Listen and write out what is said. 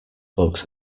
books